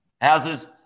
Houses